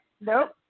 Nope